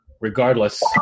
regardless